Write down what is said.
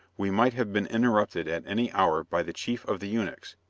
we might have been interrupted at any hour by the chief of the eunuchs,